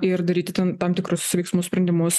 ir daryti ten tam tikrus veiksmus sprendimus